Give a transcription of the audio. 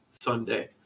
Sunday